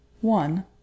one